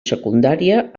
secundària